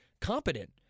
competent